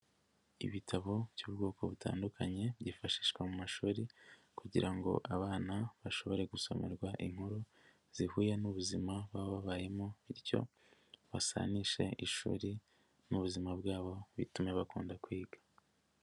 Ibitabo by'ubwoko butandukanye byifashishwa mu mashuri kugira ngo abana bashobore gusomerwa inkuru zihuye n'ubuzima baba barimo bityo basanishe ishuri n'ubuzima bwabo bitumye bakunda kwiga.